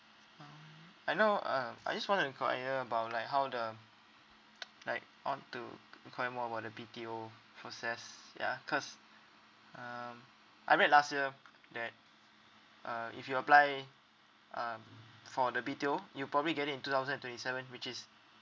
um I know uh I just wanna enquire about like how the like how to enquire more about the B_T_O process ya cause um I read last year that uh if you apply um for the B_T_O you probably get it in two thousand and twenty seven which is